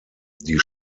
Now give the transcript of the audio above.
die